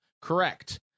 correct